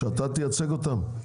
שאתה תייצג אותם?